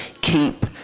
keep